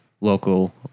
local